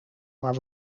maar